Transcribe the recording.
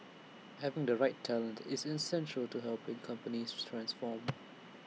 having the right talent is essential to helping companies transform